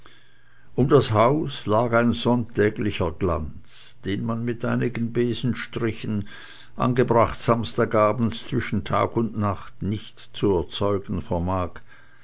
um das haus lag ein sonntäglicher glanz den man mit einigen besenstrichen angebracht samstag abends zwischen tag und nacht nicht zu erzeugen vermag